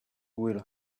will